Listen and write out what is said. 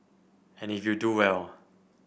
and if you do well